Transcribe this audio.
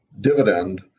dividend